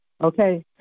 okay